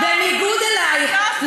בניגוד לך,